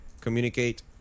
communicate